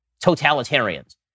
totalitarians